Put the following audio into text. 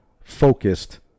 focused